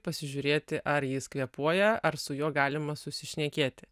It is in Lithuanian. pasižiūrėti ar jis kvėpuoja ar su juo galima susišnekėti